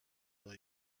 will